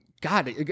god